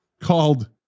called